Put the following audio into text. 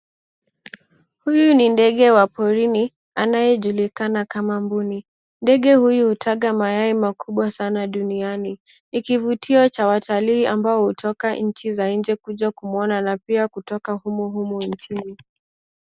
Huyu ni ndege wa porini anayejulikana kama mbuni. Ndege huyu hutaga mayai makubwa sana duniani, ni kivutio cha watalii ambayo hutoka nchi za nje kuja kumwona na pia kutoka humu humu nchini.